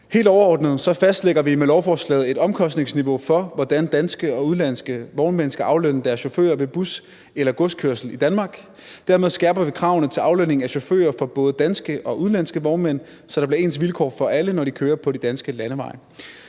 Helt overordnet fastlægger vi med lovforslaget et omkostningsniveau for, hvordan danske og udenlandske vognmænd skal aflønne deres chauffører ved bus- eller godskørsel i Danmark. Dermed skærper vi kravene til aflønning af chauffører for både danske og udenlandske vognmænd, så der bliver ens vilkår for alle, når de kører på de danske landeveje.